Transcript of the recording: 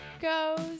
goes